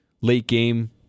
late-game